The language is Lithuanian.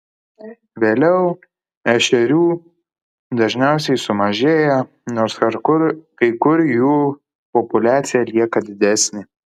vėliau ešerių dažniausiai sumažėja nors kai kur jų populiacijos lieka didelės